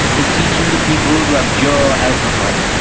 beseeching the people to abjure alcohol,